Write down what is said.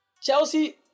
Chelsea